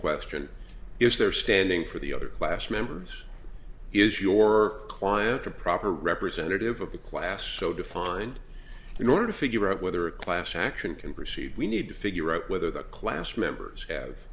question is there standing for the other class members is your client a proper representative of the class so defined in order to figure out whether a class action can proceed we need to figure out whether the class members ha